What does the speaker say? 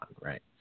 right